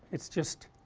it's just